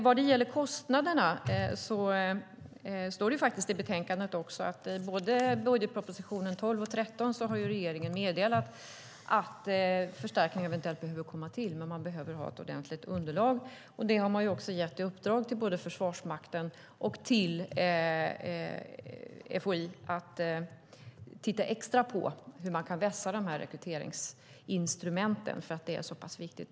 Vad gäller kostnaderna står det faktiskt också i betänkandet att regeringen i budgetpropositionen både 2012 och 2013 har meddelat att förstärkningar eventuellt behöver komma till men att man behöver ha ett ordentligt underlag. Man har också gett i uppdrag till både Försvarsmakten och FOI att titta extra på hur man kan vässa rekryteringsinstrumenten, eftersom det är så pass viktigt.